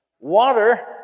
water